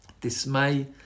dismay